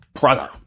Brother